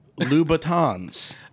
Louboutins